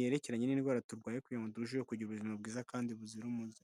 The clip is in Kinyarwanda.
yerekeranye n'indwara turwaye kuko turushaho kugira ubuzima bwiza kandi buzira umuze.